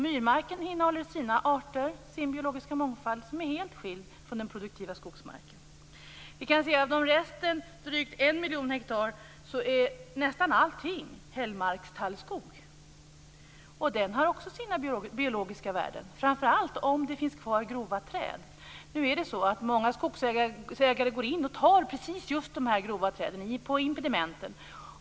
Myrmarken innehåller sina arter, sin biologiska mångfald, som är helt skild från den produktiva skogsmarken. Av resten, drygt 1 miljon hektar, är nästan allting hällmarkstallskog. Den har också sina biologiska värden, framför allt om det finns kvar grova träd. Nu är det så att många skogsägare går in och tar just de här grova träden på impedimenten.